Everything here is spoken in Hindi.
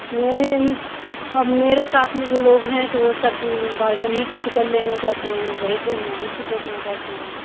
मेम अब मेरे साथ में जो लोग है तो वह सब बालकनी का ही टिकट लेना चाहते हैं वही दे वही से देखना चाहते हैं